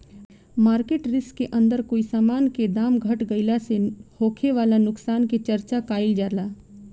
market risk के अंदर कोई समान के दाम घट गइला से होखे वाला नुकसान के चर्चा काइल जाला